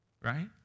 right